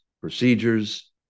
procedures